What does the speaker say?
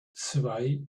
zwei